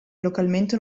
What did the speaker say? localmente